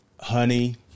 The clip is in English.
honey